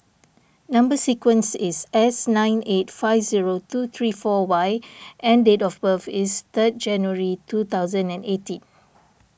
Number Sequence is S nine eight five zero two three four Y and date of birth is third January two thousand and eighteen